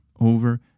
over